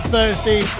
Thursday